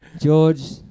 George